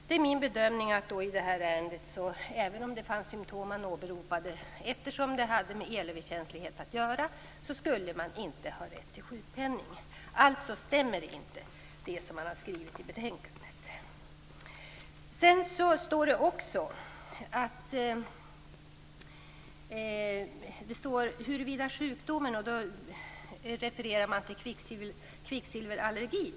Det var läkarens bedömning i ärendet att eftersom de åberopade symtomen hade med elöverkänslighet att göra skulle personen inte ha rätt till sjukpenning. Det som man har skrivit i betänkandet stämmer alltså inte. I betänkandet refereras också till kvicksilverallergier.